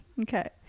okay